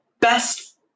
best